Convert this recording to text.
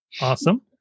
Awesome